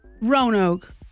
Roanoke